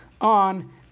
on